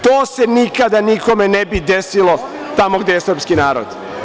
To se nikada nikome ne bi desilo tamo gde je srpski narod.